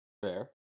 Fair